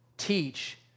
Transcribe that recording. teach